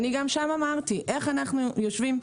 אני גם שם אמרתי, איך אנחנו יושבים?